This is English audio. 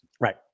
Right